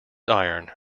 iron